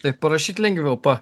taip parašyt lengviau pa